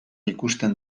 ikusten